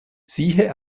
siehe